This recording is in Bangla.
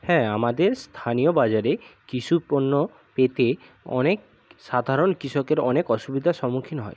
হ্যাঁ আমাদের স্থানীয় বাজারে কৃষিপণ্য পেতে অনেক সাধারণ কৃষকের অনেক অসুবিধার সম্মুখীন হয়